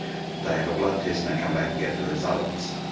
they have a blood test and they come back and get the results,